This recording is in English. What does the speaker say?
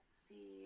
see